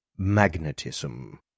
Magnetism